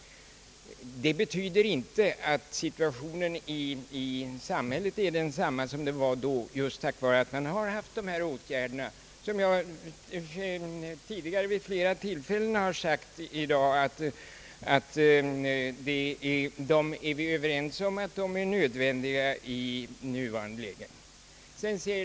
Det betyder inte att situationen i samhället nu är densamma som då, eftersom man har haft dessa åtgärder att tillgripa. Som jag vid flera tillfällen har sagt i dag är vi överens om att de är nödvändiga i nuvarande läge.